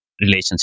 relationship